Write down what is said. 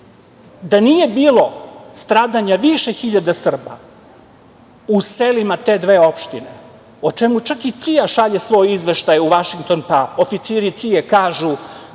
Da nije bilo stradanja više hiljada Srba u selima te dve opštine, o čemu čak i CIA šalje svoj izveštaj u Vašington, pa oficiri CIA kažu